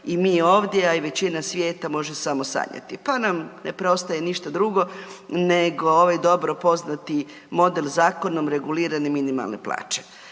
i mi ovdje, a i većina svijeta može samo sanjati, pa nam ne preostaje ništa drugo nego ovaj dobro poznati model zakonom regulirani minimalne plaće.